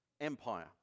empire